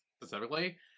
specifically